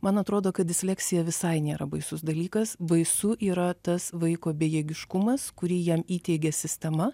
man atrodo kad disleksija visai nėra baisus dalykas baisu yra tas vaiko bejėgiškumas kurį jam įteigia sistema